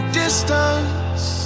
distance